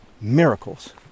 miracles